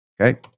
okay